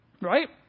Right